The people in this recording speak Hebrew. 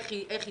איך היא תתבצע,